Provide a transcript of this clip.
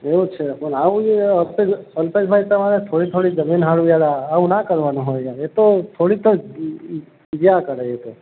એવું છે પણ આવું યાર અલ્પે અલ્પેશભાઈ તમારે થોડી થોડી જમીન સારું યાર આવું ના કરવાનું હોય યાર એ તો થોડી તો ગયા કરે એ તો